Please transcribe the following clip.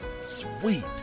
Sweet